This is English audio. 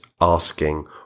asking